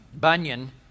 Bunyan